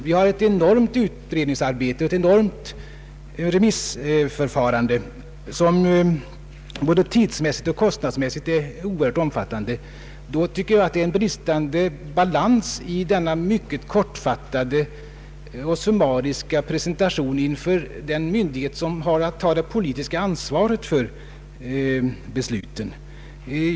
Vi har ett enormt utredningsarbete och ett enormt remissförfarande, som både tidsmässigt och kostnadsmässigt är oerhört omfattande. Då tycker jag att det blir en bristande balans genom denna mycket kortfattade och summariska presentation inför den myndighet som har att ta det politiska ansvaret för besluten.